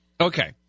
Okay